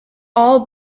all